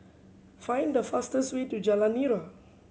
find the fastest way to Jalan Nira